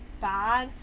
bad